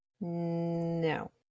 No